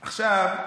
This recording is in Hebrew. כן.